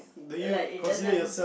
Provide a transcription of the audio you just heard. like its doesn't